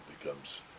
becomes